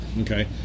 Okay